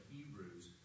Hebrews